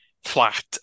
Flat